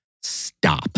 stop